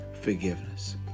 forgiveness